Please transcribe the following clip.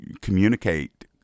communicate